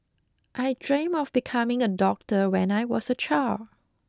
I dreamt of becoming a doctor when I was a child